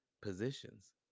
positions